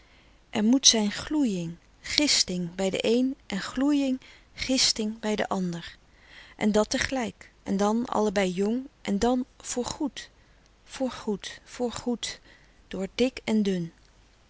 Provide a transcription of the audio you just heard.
er moet zijn gloeying gisting bij de één en gloeying gisting bij den ander en dat tegelijk en dan allebei jong en dan voor goed voor goed voor goed door dik en dun